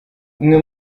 bumwe